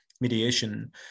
mediation